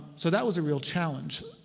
so that was a real challenge.